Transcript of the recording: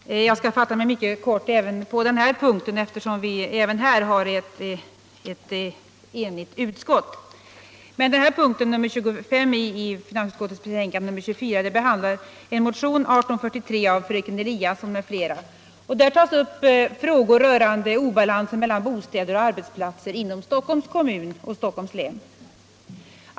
Herr talman! Jag skall fatta mig mycket kort även på denna punkt, eftersom vi även här har ctt enhälligt utskott. lansen mellan bostäder och arbetsplatser inom Stockholms kommun och” Stockholms län.